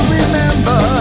remember